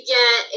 get